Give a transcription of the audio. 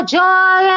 joy